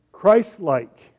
Christ-like